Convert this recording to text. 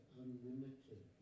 unlimited